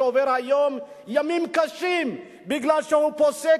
שעובר היום ימים קשים מכיוון שהוא פוסק